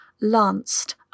lanced